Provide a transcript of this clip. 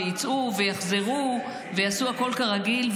ויצאו ויחזרו ויעשו הכול כרגיל,